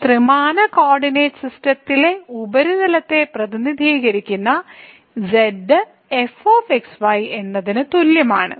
ഈ ത്രിമാന കോർഡിനേറ്റ് സിസ്റ്റത്തിലെ ഉപരിതലത്തെ പ്രതിനിധീകരിക്കുന്ന z f x y എന്നതിന് തുല്യമാണ്